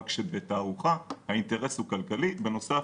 רק שבתערוכה האינטרס הוא כלכלי בעוד